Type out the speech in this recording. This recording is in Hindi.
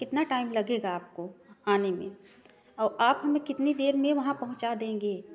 कितना टाइम लगेगा आपको आने में और आप हमें कितनी देर में वहाँ पहुँचा देंगे